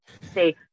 say